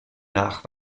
nach